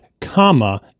comma